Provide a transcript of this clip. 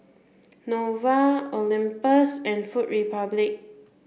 Nova Olympus and Food Republic